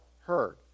heard